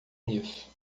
nisso